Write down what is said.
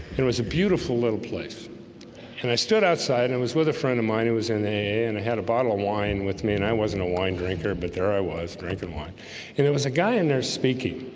it was a beautiful little place and i stood outside i was with a friend of mine who was in a and i had a bottle of wine with me and i wasn't a wine drinker, but there i was drinking wine and it was a guy in there speaking